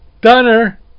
Dunner